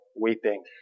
weeping